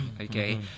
Okay